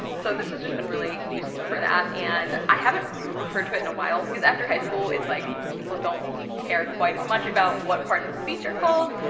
so this has just been really useful for that and i haven't referred to it in a while because after high school it's like, people don't care quite as much about what parts of speech are called,